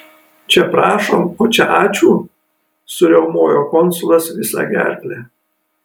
čia prašom o čia ačiū suriaumojo konsulas visa gerkle